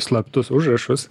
slaptus užrašus